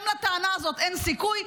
גם לטענה הזאת אין סיכוי,